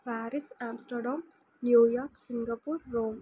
Paris Amsterdam New York Singapore Rome